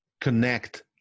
connect